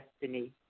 destiny